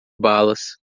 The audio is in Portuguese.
balas